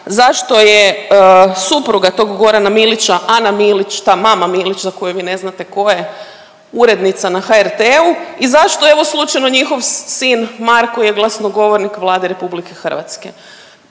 zašto je supruga tog Gorana Milića, Ana Milić ta mama Milić za koju vi ne znate tko je urednica na HRT-u i zašto evo slučajno njihov sin Marko je glasnogovornik Vlade RH.